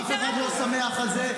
אף אחד לא שמח על זה,